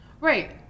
right